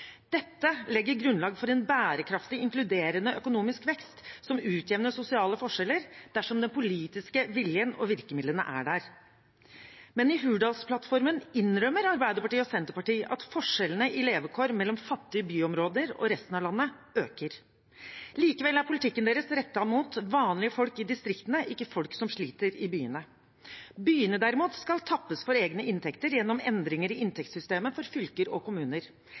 Dette legger grunnlag for en bærekraftig, inkluderende økonomisk vekst som utjevner sosiale forskjeller, dersom den politiske viljen og virkemidlene er der. I Hurdalsplattformen innrømmer Arbeiderpartiet og Senterpartiet at forskjellene i levekår mellom fattige byområder og resten av landet øker. Likevel er politikken deres rettet mot vanlige folk i distriktene, ikke folk som sliter i byene. Byene, derimot, skal tappes for egne inntekter gjennom endringer i inntektssystemet for fylker og kommuner.